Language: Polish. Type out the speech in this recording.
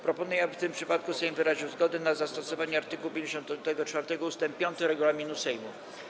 Proponuję, aby w tym przypadku Sejm wyraził zgodę na zastosowanie art. 54 ust. 5 regulaminu Sejmu.